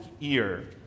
ear